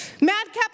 Madcap